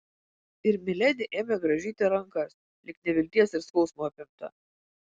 ir miledi ėmė grąžyti rankas lyg nevilties ir skausmo apimta